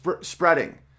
spreading